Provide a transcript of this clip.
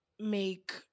make